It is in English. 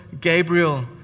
Gabriel